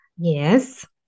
yes